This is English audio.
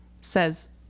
says